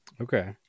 Okay